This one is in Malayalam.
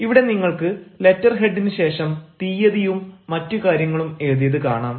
ഇവിടെ നിങ്ങൾക്ക് ലെറ്റർ ഹെഡിന് ശേഷം തീയതിയും മറ്റു കാര്യങ്ങളും എഴുതിയത് കാണാം